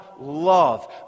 love